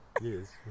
Yes